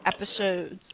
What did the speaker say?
episodes